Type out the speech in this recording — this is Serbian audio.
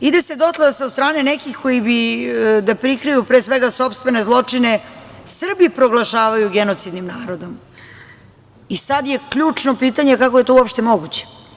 Ide se dotle da se od strane nekih, koji bi da prikriju sopstvene zločine, Srbi proglašavaju genocidnim narodom i sad je ključno pitanje - kako je to moguće?